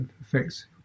affects